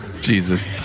Jesus